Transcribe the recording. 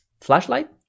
flashlight